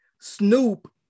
Snoop